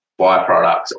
byproducts